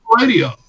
Radio